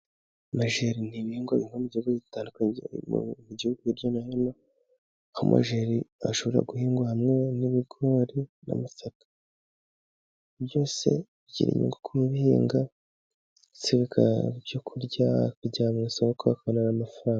Amajeri n'ibihigwa mu gihugu hirya no hino, aho amajeri ashobora guhingwa hamwe n'ibigori n'amasaka byose byemerewe ku bihinga bikavamo ibyo kurya bijyana umuraruro ku isoko.